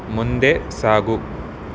ಮುಂದೆ ಸಾಗು